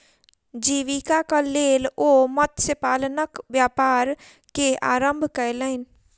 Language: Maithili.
जीवीकाक लेल ओ मत्स्य पालनक व्यापार के आरम्भ केलैन